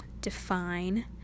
define